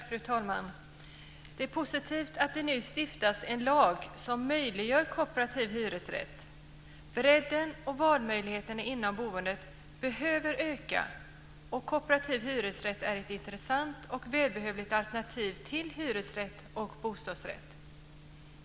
Fru talman! Det är positivt att det nu stiftas en lag som möjliggör kooperativ hyresrätt. Bredden och valmöjligheterna inom boendet behöver öka, och kooperativ hyresrätt är ett intressant och välbehövligt alternativ till hyresrätt och bostadsrätt.